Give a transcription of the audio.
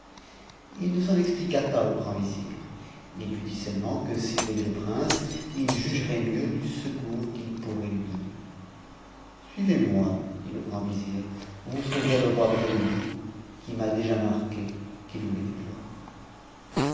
prince ne s'en expliqua pas au grand vizir il lui dit seulement que s'il voyait le prince il jugerait mieux du secours qu'il pourrait lui donner suivez-moi dit le grand vizir vous trouverez e roi près de lui qui m'a déjà n p qu'il voulait vous voir